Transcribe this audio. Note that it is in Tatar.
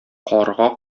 карга